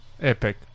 Epic